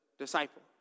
disciple